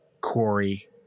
Corey